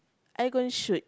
I going shoot